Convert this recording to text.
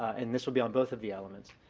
and this will be on both of the elements.